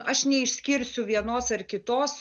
aš neišskirsiu vienos ar kitos